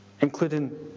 including